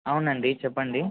అవును అండి చెప్పండి